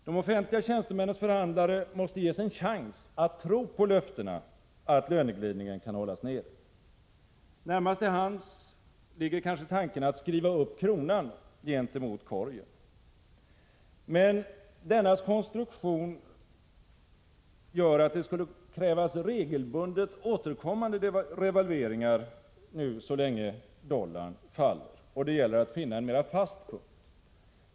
De offentliga tjänstemännens förhandlare måste ges en chans att tro på löftena att löneglidningen kan hållas nere. Närmast till hands ligger kanske tanken att skriva upp kronan gentemot korgen. Men dennas konstruktion gör att det skulle krävas regelbundet återkommande revalveringar så länge dollarn faller, och det gäller att finna en mera fast punkt.